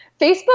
Facebook